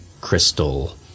Crystal